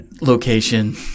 location